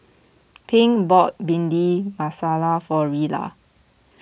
Pink bought Bhindi Masala for Rella